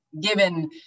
given